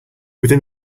within